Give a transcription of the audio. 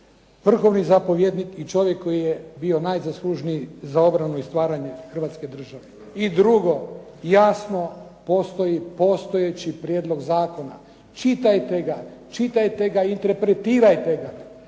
vrhovni zapovjednik i čovjek koji je bio najzaslužniji za obranu i stvaranje Hrvatske države. I drugo, jasno postoji postojeći prijedlog zakona. Čitajte ga i interpretirajte ga.